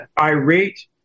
irate